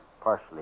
partially